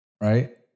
right